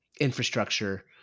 infrastructure